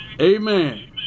Amen